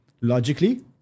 Logically